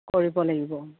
কৰিব লাগিব অঁ